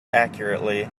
accurately